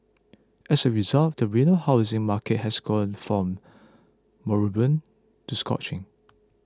as a result the Reno housing market has gone from moribund to scorching